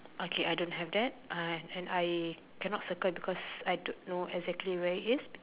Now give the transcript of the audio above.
okay I don't have that I and I cannot circle because I don't know exactly where it is